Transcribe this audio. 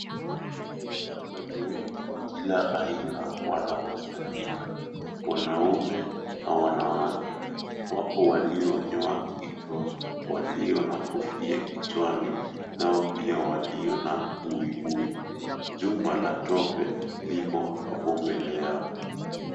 Watu wengi wa kila aina wanakusanyika. Wanaume na wanawake. Wapo walionyoa kichwa, walio na kofia kichwani, nao pia walio na buibui. Jumba la tope lipo hapo mbele yao.